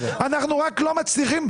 אנחנו רק לא מצליחים